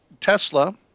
Tesla